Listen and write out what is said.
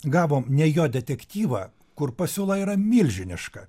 gavome ne jo detektyvą kur pasiūla yra milžiniška